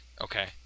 Okay